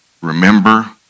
Remember